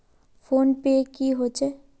Phone पै की होचे?